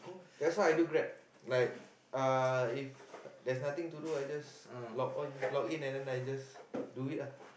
that's why I do Grab like uh if there's nothing to do I just login on login in and then I just do it lah